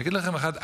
אגיד לכם אחד,